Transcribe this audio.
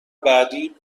بعد